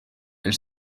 elle